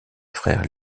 frères